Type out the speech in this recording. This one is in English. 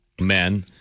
men